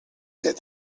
said